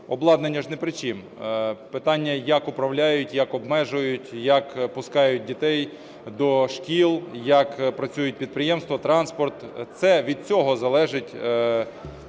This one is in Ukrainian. Обладнання ж ні при чім, питання – як управляють, як обмежують, як пускають дітей до шкіл, як працюють підприємства, транспорт – від цього залежить